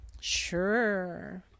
sure